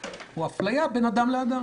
או אפליה בין אדם לאדם